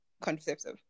contraceptive